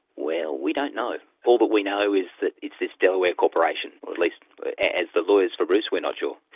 well, we don't know. all that we know is that it's this delaware corporation, or at least as the lawyers for bruce, we're not sure.